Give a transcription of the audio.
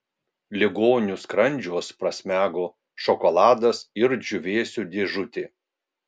ligonių skrandžiuos prasmego šokoladas ir džiūvėsių dėžutė